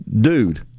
dude